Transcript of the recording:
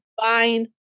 fine